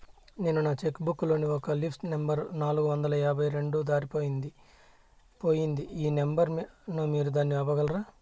నేను నా cheque book లోని ఒక లీఫ్ నెంబర్ నాలుగు వందల యాభై రెండు దారిపొయింది పోయింది ఈ నెంబర్ ను మీరు దాన్ని ఆపగలరా?